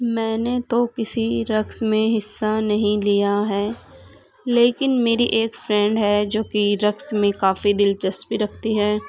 میں نے تو کسی رقص میں حصہ نہیں لیا ہے لیکن میری ایک فرینڈ ہے جو کہ رقص میں کافی دلچسپی رکھتی ہے